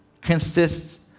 consists